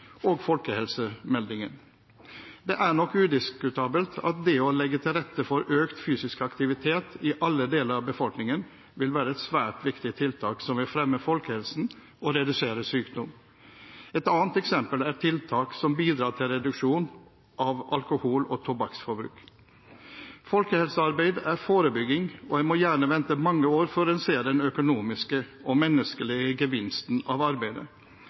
og folkehelsemeldingen. Det er nok udiskutabelt at det å legge til rette for økt fysisk aktivitet i alle deler av befolkningen vil være et svært viktig tiltak som vil fremme folkehelsen og redusere sykdom. Et annet eksempel er tiltak som bidrar til reduksjon av alkohol- og tobakksbruk. Folkehelsearbeid er forebygging, og en må gjerne vente mange år før en ser den økonomiske og menneskelige gevinsten av arbeidet.